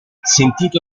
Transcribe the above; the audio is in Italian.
sentito